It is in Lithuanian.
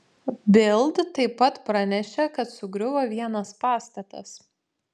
bild taip pat pranešė kad sugriuvo vienas pastatas